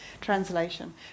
translation